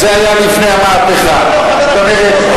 כלומר,